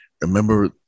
remember